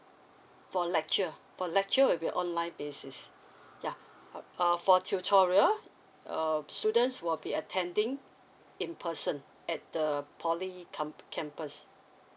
for lecture for lecture will be online basis ya how~ uh for tutorial uh students will be attending in person at the poly com~ campus